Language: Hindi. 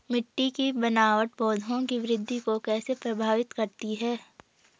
मिट्टी की बनावट पौधों की वृद्धि को कैसे प्रभावित करती है?